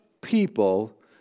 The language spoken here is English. people